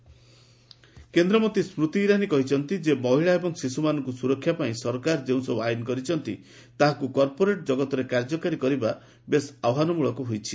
ସ୍କ୍ରତି ଇରାନୀ କେନ୍ଦ୍ରମନ୍ତ୍ରୀ ସ୍କତି ଇରାନୀ କହିଛନ୍ତି ଯେ ମହିଳା ଏବଂ ଶିଶୁମାନଙ୍କୁ ସୁରକ୍ଷା ପାଇଁ ସରକାର ଯେଉଁସବୁ ଆଇନ କରିଛନ୍ତି ତାହାକୁ କର୍ପୋରେଟ୍ ଜଗତରେ କାର୍ଯ୍ୟକାରୀ କରିବା ବେଶ୍ ଆହ୍ୱାନମୂଳକ ହୋଇଛି